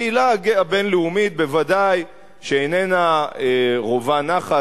הקהילה הבין-לאומית בוודאי איננה רווה נחת.